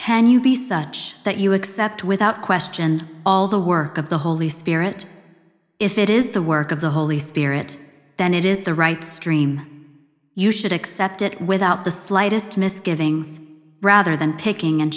can you be such that you accept without question all the work of the holy spirit if it is the work of the holy spirit then it is the right stream you should accept it without the slightest misgivings rather than picking and